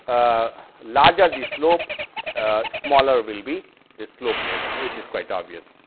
ah larger the slope ah smaller will be this slope length which is quite obvious.